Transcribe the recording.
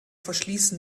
verschließen